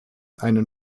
einen